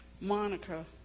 Monica